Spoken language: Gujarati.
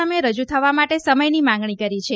સામે રજૂ થવા માટે સમયની માંગણી કરી છે